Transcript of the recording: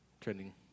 Trending